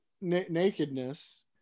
nakedness